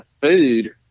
food